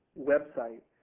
website.